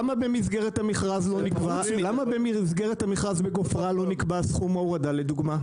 למה במסגרת המכרז בגופרה לא נקבע סכום ההורדה לדוגמה?